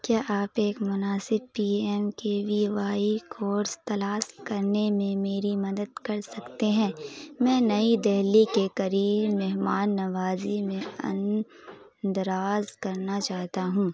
کیا آپ ایک مناسب P M K V Y course تلاش کرنے میں میری مدد کر سکتے ہیں میں نئی دہلی کے قریب مہمان نوازی میں اندراج کرنا چاہتا ہوں